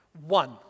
One